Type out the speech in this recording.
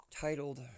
titled